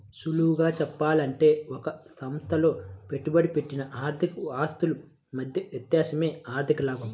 సులువుగా చెప్పాలంటే ఒక సంస్థలో పెట్టుబడి పెట్టిన ఆర్థిక ఆస్తుల మధ్య వ్యత్యాసమే ఆర్ధిక లాభం